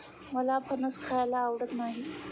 मला फणस खायला आवडत नाही